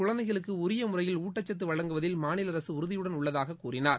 குழந்தைகளுக்கு உரிய முறையில் ஊட்டச்சத்து வழங்குவதில் மாநில அரசு உறுதியுடன் உள்ளதாக தெரிவித்தார்